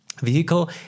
vehicle